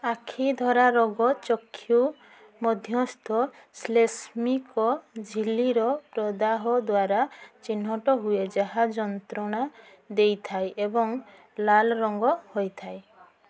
ଆଖିଧରା ରୋଗ ଚକ୍ଷୁ ମଧ୍ୟସ୍ଥ ଶ୍ଲେଷ୍ମିକ ଝିଲ୍ଲିର ପ୍ରଦାହ ଦ୍ୱାରା ଚିହ୍ନଟ ହୁଏ ଯାହା ଯନ୍ତ୍ରଣା ଦେଇଥାଏ ଏବଂ ଲାଲ ରଙ୍ଗ ହୋଇଥାଏ